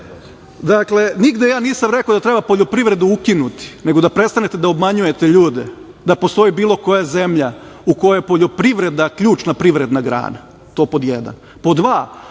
je. Dakle, nigde ja nisam rekao da treba poljoprivredu ukinuti, nego da prestanete da obmanjujete ljude da postoji bilo koja zemlja u kojoj je poljoprivreda ključna privredna grana, to pod jedan. Pod dva,